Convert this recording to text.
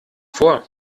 vor